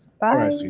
Bye